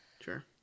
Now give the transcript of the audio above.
Sure